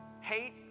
Hate